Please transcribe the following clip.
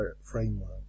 framework